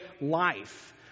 life